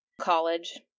college